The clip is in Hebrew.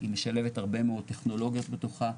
היא משלבת הרבה מאוד טכנולוגיות בתוכה.